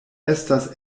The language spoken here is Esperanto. estas